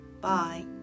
Bye